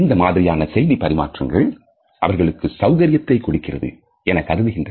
இந்த மாதிரியான செய்திப் பரிமாற்றங்கள் அவர்களுக்கு சௌகரியத்தை கொடுக்கிறது என கருதுகின்றனர்